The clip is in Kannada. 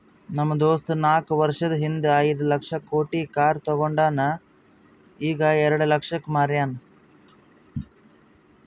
ನಮ್ ದೋಸ್ತ ನಾಕ್ ವರ್ಷದ ಹಿಂದ್ ಐಯ್ದ ಲಕ್ಷ ಕೊಟ್ಟಿ ಕಾರ್ ತೊಂಡಾನ ಈಗ ಎರೆಡ ಲಕ್ಷಕ್ ಮಾರ್ಯಾನ್